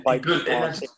Good